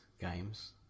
games